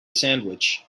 sandwich